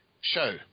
show